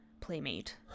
playmate